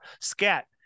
scat